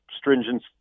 stringent